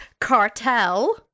Cartel